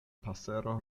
pasero